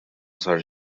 sar